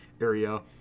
area